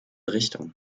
richtung